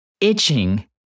itching